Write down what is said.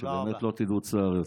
ושבאמת לא תדעו צער יותר.